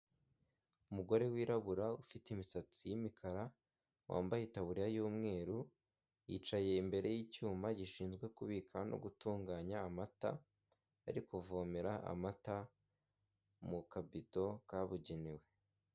Umugore wirabura ufite imisatsi y'imikara, wambaye itaburiya y'umweru yicaye imbere y'icyuma gishinzwe kubika no gutunganya amata, ari kuvomera amata mu kabido kabugenewe.